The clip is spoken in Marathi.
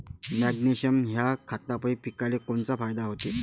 मॅग्नेशयम ह्या खतापायी पिकाले कोनचा फायदा होते?